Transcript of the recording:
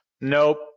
Nope